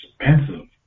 expensive